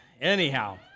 Anyhow